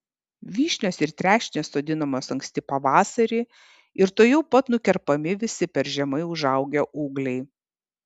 vyšnios ir trešnės sodinamos anksti pavasarį ir tuojau pat nukerpami visi per žemai užaugę ūgliai